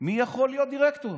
מי יכול להיות דירקטור,